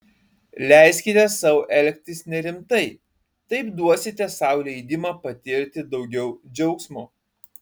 leiskite sau elgtis nerimtai taip duosite sau leidimą patirti daugiau džiaugsmo